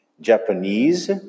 Japanese